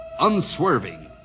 unswerving